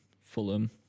Fulham